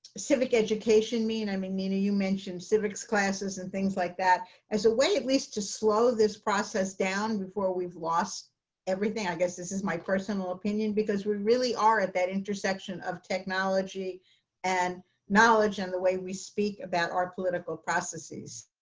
civic education mean i mean, nina you mentioned civics classes and things like that like that as a way, at least, to slow this process down before we've lost everything i guess, this is my personal opinion because we really are at that intersection of technology and knowledge and the way we speak about our political processes.